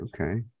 Okay